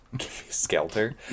Skelter